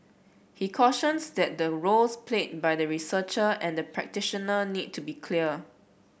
he cautions that the roles played by the researcher and the practitioner need to be clear